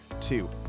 two